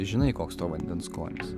žinai koks to vandens skonis